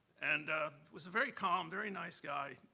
and was a very calm, very nice guy.